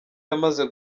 yamaze